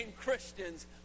christians